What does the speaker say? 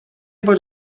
bądź